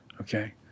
Okay